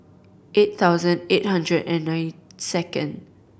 eight thousand eight hundred and nine second